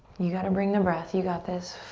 you gotta bring the breath, you got this.